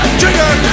trigger